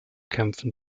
kämpfen